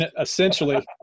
essentially